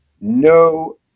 No